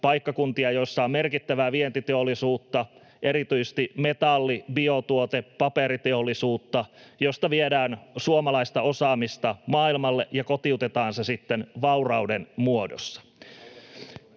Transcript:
paikkakuntia, joilla on merkittävää vientiteollisuutta, erityisesti metalli-, biotuote- ja paperiteollisuutta, josta viedään suomalaista osaamista maailmalle ja kotiutetaan se sitten vaurauden muodossa.